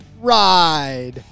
ride